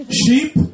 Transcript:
sheep